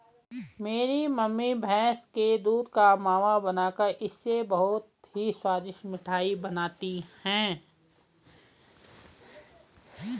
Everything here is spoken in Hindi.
मेरी मम्मी भैंस के दूध का मावा बनाकर इससे बहुत ही स्वादिष्ट मिठाई बनाती हैं